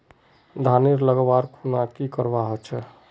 धानेर लगवार खुना की करवा होचे?